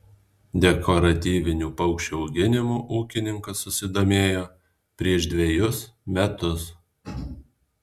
dekoratyvinių paukščių auginimu ūkininkas susidomėjo prieš dvejus metus